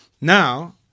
Now